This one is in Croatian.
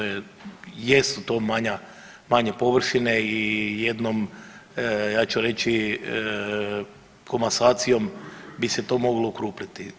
Jesu to manje površine i jednom ja ću reći komasacijom bi se to moglo okrupniti.